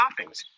toppings